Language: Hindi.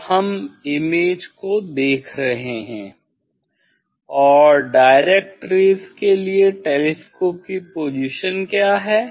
और हम इमेज को देख रहे हैं और डायरेक्ट रेज़ के लिए टेलीस्कोप की पोजीशन क्या है